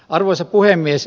arvoisa puhemies